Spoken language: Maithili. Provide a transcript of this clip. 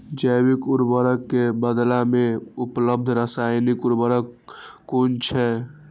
जैविक उर्वरक के बदला में उपलब्ध रासायानिक उर्वरक कुन छै?